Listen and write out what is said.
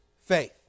faith